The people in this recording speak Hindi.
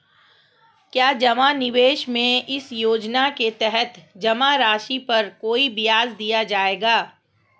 क्या जमा निवेश में इस योजना के तहत जमा राशि पर कोई ब्याज दिया जाएगा?